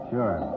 Sure